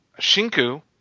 Shinku